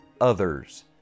others